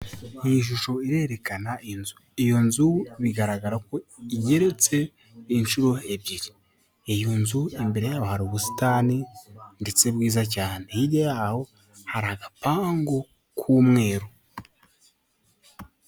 Iyi shusho irerekana. Iyo nzu bigaragara ko igeretse inshuro ebyiri. Iyo nzu imbere yaho hari ubusitani, ndetse bwiza cyane. Hirya yaho hari agapangu k'umweru.